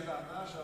כי הטענה,